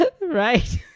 Right